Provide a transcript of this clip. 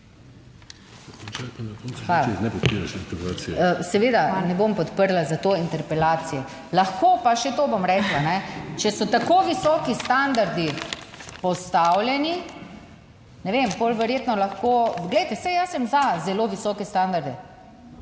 Seveda ne bom podprla, zato interpelacije. Lahko, pa še to bom rekla, ne, če so tako visoki standardi postavljeni, ne vem, pol verjetno lahko, glejte, saj jaz sem za zelo visoke standarde,